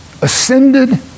ascended